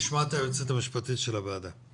נשמע את היועצת המשפטית של הוועדה.